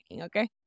okay